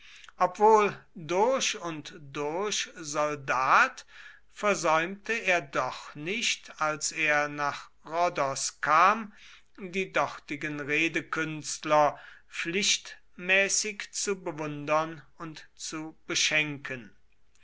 obwohl durch und durch soldat versäumte er doch nicht als er nach rhodos kam die dortigen redekünstler pflichtmäßig zu bewundern und zu beschenken